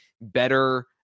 better